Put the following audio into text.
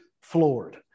floored